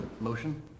Motion